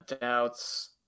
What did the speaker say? doubts